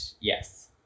Yes